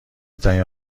ترین